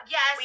Yes